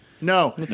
No